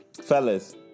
Fellas